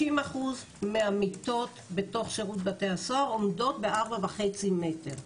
50% מהמיטות בתוך שירות בתי הסוהר עומדות ב-4.5 מטר.